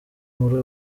muri